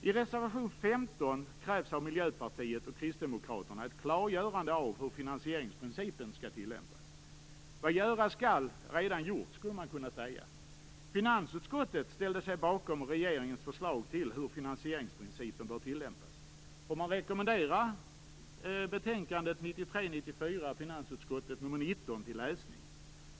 I reservation 15 krävs av Miljöpartiet och Kristdemokraterna ett klargörande av hur finansieringsprincipen skall tillämpas. Vad göras skall är redan gjort, skulle man kunna säga. Finansutskottet ställde sig bakom regeringens förslag till hur finansieringsprincipen bör tillämpas. Får man rekommendera betänkande 1993/94:FiU19 till läsning?